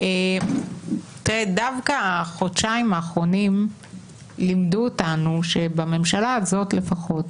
דווקא החודשיים האחרונים לימדו אותנו שבממשלה הזאת לפחות